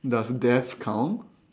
does death count